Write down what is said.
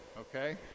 okay